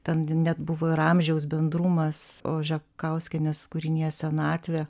ten net buvo ir amžiaus bendrumas ožekauskienės kūrinyje senatvė